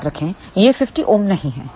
याद रखें यह 50 Ωनहीं है